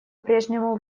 прежнему